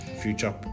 future